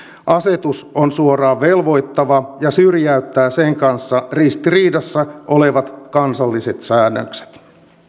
asetus on suoraan velvoittava ja syrjäyttää sen kanssa ristiriidassa olevat kansalliset säännökset